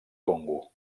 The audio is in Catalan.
congo